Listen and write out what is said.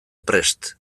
prest